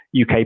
UK